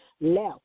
left